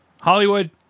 Hollywood